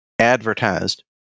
advertised